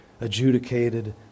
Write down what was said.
adjudicated